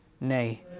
Nay